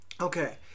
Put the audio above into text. Okay